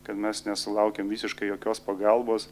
kad mes nesulaukiam visiškai jokios pagalbos